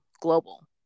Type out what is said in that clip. global